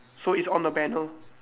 so it's on the banner